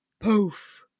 poof